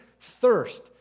thirst